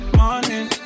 morning